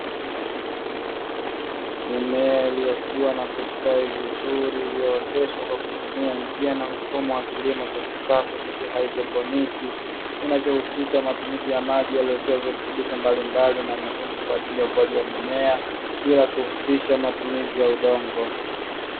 Mimea iliyokuwa na kustawi vizuri iliyooteshwa kwa kutumia njia na mfumo wa kilimo cha kisasa cha kihaidroponi, kinachohusisha matumizi ya maji yanayotoa virutubisho mbalimbali na muhimu kwa ajili ya ukuaji wa mimea bila kuhusisha matumizi ya udongo.